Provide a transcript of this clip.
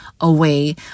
away